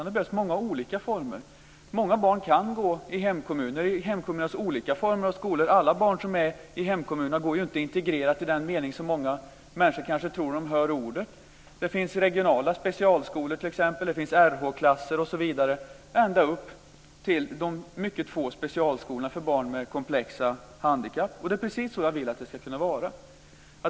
Det behövs många olika former. Många barn kan gå i hemkommunernas olika former av skolor. Alla barn som är i hemkommunerna går ju inte integrerat i den mening som många människor kanske tror när de hör ordet. Det finns t.ex. regionala specialskolor, Rh-klasser osv. upp till de mycket få specialskolorna för barn med komplexa handikapp. Det är precis så som jag vill att det ska kunna vara.